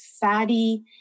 fatty